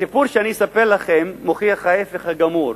הסיפור שאני אספר לכם מוכיח ההיפך הגמור.